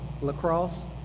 lacrosse